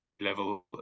level